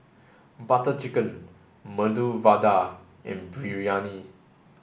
Butter Chicken Medu Vada and Biryani